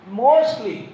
mostly